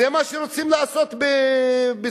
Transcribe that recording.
זה מה שרוצים לעשות בסוריה,